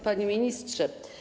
Panie Ministrze!